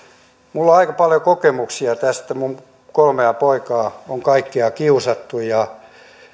minulla on aika paljon kokemuksia tästä minun kolmea poikaani on kaikkia kiusattu ja